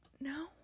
No